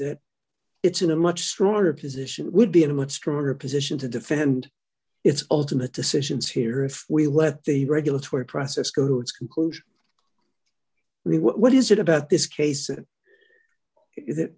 that it's in a much stronger position would be in a much stronger position to defend its ultimate decisions here if we let the regulatory process go re what is it about this case it